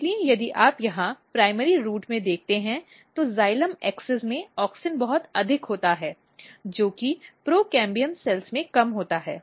इसलिए यदि आप यहां प्राथमिक जड़ में देखते हैं तो जाइलम धुरी में ऑक्सिन बहुत अधिक होता है जो कि प्रोकैम्बियम कोशिकाओं में कम होता है